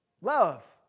Love